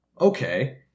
okay